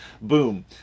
Boom